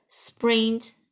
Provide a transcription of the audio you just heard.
sprint